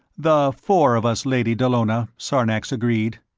the four of us, lady dallona, sarnax agreed.